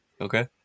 okay